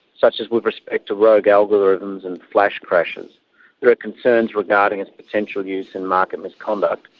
such as with respect to rogue algorithms and flash crashes there are concerns regarding its potential use in market misconduct,